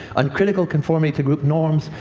uncritical conformity to group norms.